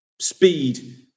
speed